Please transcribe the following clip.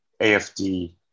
AFD